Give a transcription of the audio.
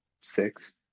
six